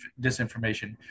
disinformation